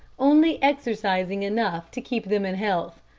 only exercising enough to keep them in health.